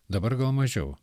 dabar gal mažiau